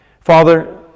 Father